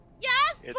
Yes